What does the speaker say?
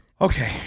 Okay